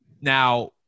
Now